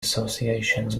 associations